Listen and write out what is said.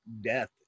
death